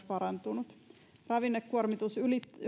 parantunut ravinnekuormitus